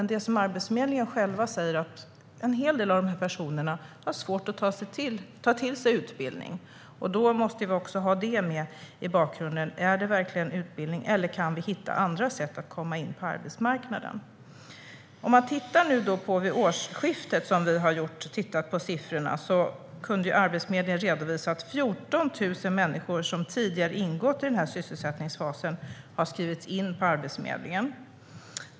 På Arbetsförmedlingen säger man dock att en hel del av dessa personer har svårt att ta till sig utbildning, och då måste vi också ha det med i bakhuvudet - ska det verkligen vara utbildning, eller kan vi hitta andra sätt att komma in på arbetsmarknaden? Om man tittar på siffrorna vid årsskiftet, som vi har gjort, ser man att Arbetsförmedlingen kunde visa att 14 000 människor som tidigare ingått i sysselsättningsfasen har skrivits in på Arbetsförmedlingen.